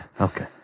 Okay